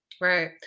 Right